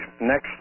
Next